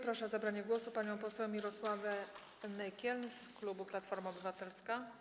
Proszę o zabranie głosu panią poseł Mirosławę Nykiel z klubu Platforma Obywatelska.